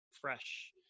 fresh